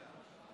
רק שנייה.